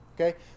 Okay